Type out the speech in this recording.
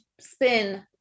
spin